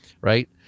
right